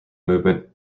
movement